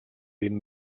vint